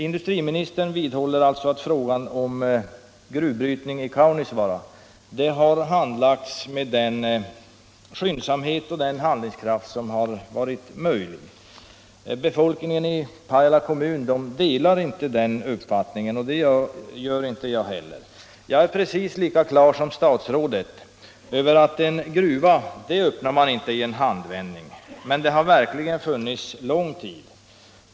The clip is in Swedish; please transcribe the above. Industriministern vidhåller att frågan om gruvbrytning i Kaunisvaara har handlagts med den skyndsamhet och handlingskraft som varit möjlig. Befolkningen i Pajala kommun delar inte den uppfattningen, och det gör jag inte heller. Jag är precis lika klar som statsrådet över att en gruva öppnar man inte i en handvändning. Men det har verkligen funnits möjligheter under lång tid.